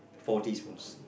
four teaspoons